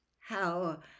How